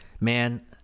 man